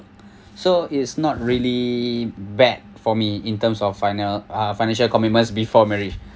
so is not really bad for me in terms of final uh financial commitments before marriage